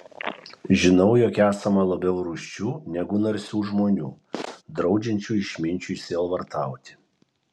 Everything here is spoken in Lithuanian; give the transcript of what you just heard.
žinau jog esama labiau rūsčių negu narsių žmonių draudžiančių išminčiui sielvartauti